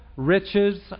riches